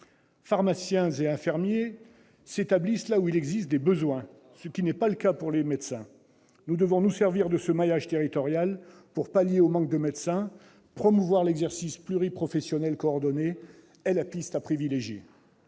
Pharmaciens et infirmiers s'établissent là où existent des besoins, ce qui n'est pas le cas des médecins. Nous devons nous servir de ce maillage territorial pour pallier le manque de médecins. Promouvoir l'exercice pluriprofessionnel coordonné est la piste à privilégier.